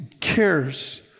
cares